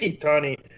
Tony